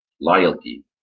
loyalty